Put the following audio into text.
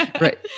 right